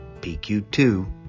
PQ2